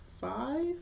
five